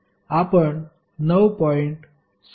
आपण 9